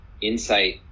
insight